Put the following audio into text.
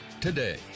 today